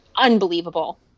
Unbelievable